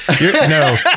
No